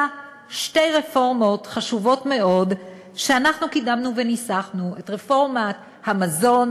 שתי רפורמות חשובות מאוד שאנחנו קידמנו וניסחנו: את רפורמת המזון,